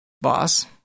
Boss